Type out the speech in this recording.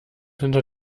hinter